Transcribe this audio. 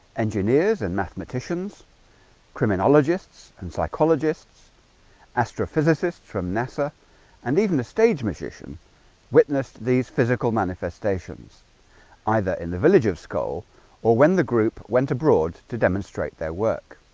engineers and mathematicians criminologists and psychologists astrophysicists from nasa and even a stage magician witnessed these physical manifestations either in the village of skull or when the group went abroad to demonstrate their work?